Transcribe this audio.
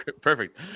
Perfect